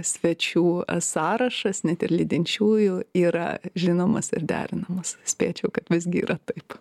svečių sąrašas net ir lydinčiųjų yra žinomas ir derinamas spėčiau kad visgi yra taip